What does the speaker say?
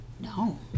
No